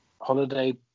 Holiday